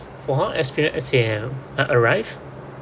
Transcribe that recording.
for her experience as in uh arrive